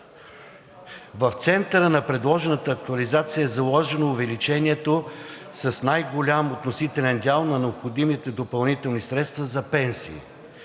В центъра на предложената актуализация е заложено увеличението с най-голям относителен дял на необходимите допълнителни средства за пенсии.